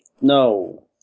No